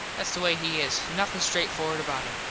thats the way he is. nothin straight forward about him.